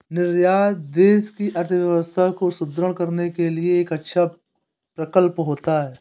निर्यात देश की अर्थव्यवस्था को सुदृढ़ करने के लिए एक अच्छा प्रकल्प होता है